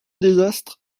désastre